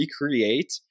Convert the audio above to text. recreate